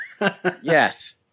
Yes